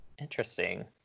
Interesting